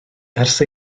ers